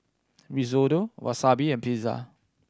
Risotto Wasabi and Pizza